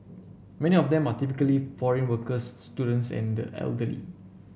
many of them are typically foreign workers students and the elderly